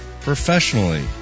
professionally